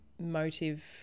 motive